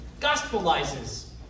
gospelizes